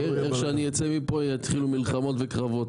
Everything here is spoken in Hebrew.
איך שאני אצא מפה יתחילו מלחמות וקרבות,